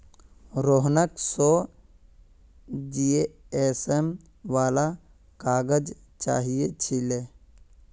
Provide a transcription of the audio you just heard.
रोहनक सौ जीएसएम वाला काग़ज़ चाहिए छिले